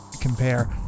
compare